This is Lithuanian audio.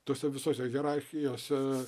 tose visose hierarchijose